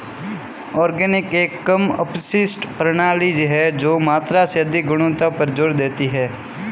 organic एक कम अपशिष्ट प्रणाली है जो मात्रा से अधिक गुणवत्ता पर जोर देती है